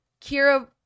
Kira